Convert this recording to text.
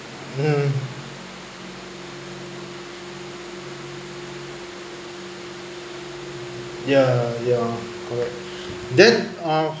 mm ya ya correct then ah